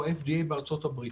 או ה-FDA בארצות הברית.